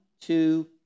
two